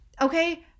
okay